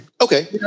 Okay